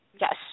yes